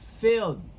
filled